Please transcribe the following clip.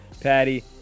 Patty